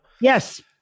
Yes